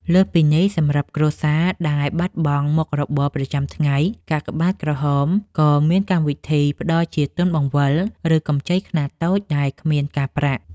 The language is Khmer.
លើសពីនេះ សម្រាប់គ្រួសារដែលបាត់បង់មុខរបរប្រចាំថ្ងៃ កាកបាទក្រហមក៏មានកម្មវិធីផ្ដល់ជាទុនបង្វិល ឬកម្ចីខ្នាតតូចដែលគ្មានការប្រាក់។